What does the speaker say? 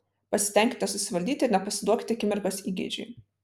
pasistenkite susivaldyti ir nepasiduokite akimirkos įgeidžiui